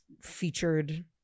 featured